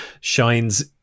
shines